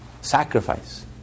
sacrifice